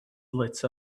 lit